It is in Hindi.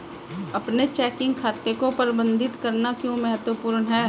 अपने चेकिंग खाते को प्रबंधित करना क्यों महत्वपूर्ण है?